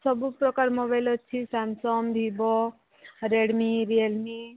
ସବୁ ପ୍ରକାର ମୋବାଇଲ୍ ଅଛି ସାମସଙ୍ଗ୍ ଭିଭୋ ରେଡ଼ମୀ ରିଅଲମି